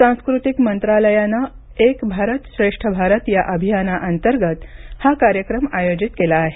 सांस्कृतिक मंत्रालयानं एक भारत श्रेष्ठ भारत या अभियाना अंतर्गत हा कार्यक्रम आयोजित केला आहे